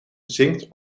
zinkt